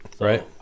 right